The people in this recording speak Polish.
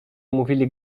mówili